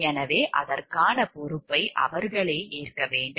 எனவே அதற்கான பொறுப்பை அவர்களே ஏற்க வேண்டும்